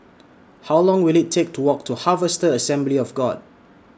How Long Will IT Take to Walk to Harvester Assembly of God